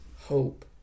hope